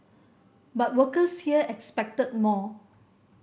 but workers here expected more